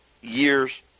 years